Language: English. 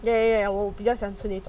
ya ya ya 我比较喜欢吃